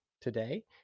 today